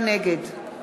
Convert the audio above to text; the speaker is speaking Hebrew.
נגד